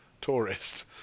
tourist